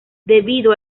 debido